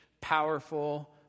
powerful